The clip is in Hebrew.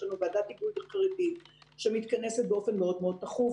יש לנו ועדת היגוי לחרדים שמתכנסת באופן מאוד-מאוד תכוף,